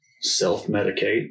self-medicate